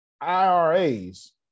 IRAs